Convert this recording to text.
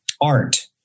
art